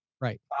Right